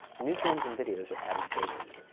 new films and videos are added daily.